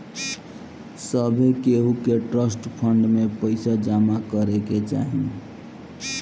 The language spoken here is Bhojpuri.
सभे केहू के ट्रस्ट फंड में पईसा जमा करे के चाही